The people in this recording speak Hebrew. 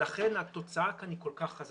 לכן התוצאה כאן היא כל כך חזקה.